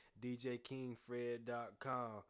djkingfred.com